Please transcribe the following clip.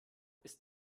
ist